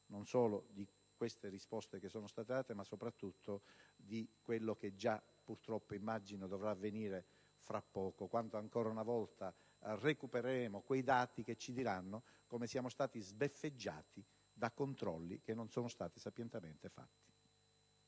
non solo delle risposte che sono state date, ma soprattutto di ciò che immagino dovrà avvenire tra poco quando ancora una volta recupereremo quei dati da cui emergerà come siamo stati sbeffeggiati da controlli che non sono stati sapientemente fatti.